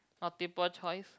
for people choice